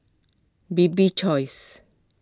Bibik's Choice